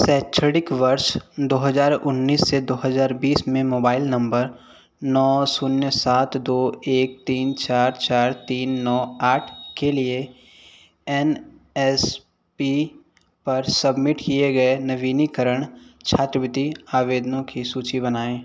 शैक्षणिक वर्ष दो हज़ार उन्नीस से दो हज़ार बीस में मोबाइल नम्बर नौ शून्य सात दो एक तीन चार चार तीन नौ आठ के लिए एन एस पी पर सबमिट किए गए नवीनीकरण छात्रवृत्ति आवेदनों की सूचि बनाएँ